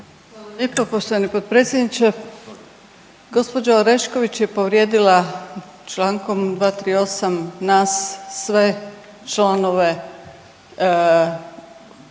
Hvala lijepo poštovani potpredsjedniče. Gđa Orešković je povrijedila čl. 238 nas sve, članove HDZ-a jer